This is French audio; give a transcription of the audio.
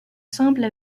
simples